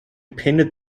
painted